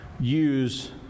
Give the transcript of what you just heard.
Use